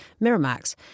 Miramax